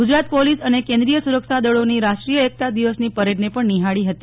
Gujarat police અને કેન્દ્રિય સુરક્ષાદળોની રાષ્ટ્રીય એકતા દિવસની પરેડને પણ નિહાળી હતી